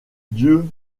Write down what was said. dieu